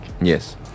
yes